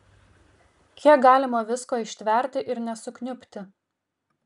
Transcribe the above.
kiek galima visko ištverti ir nesukniubti